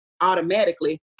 automatically